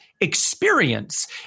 experience